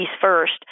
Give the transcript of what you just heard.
first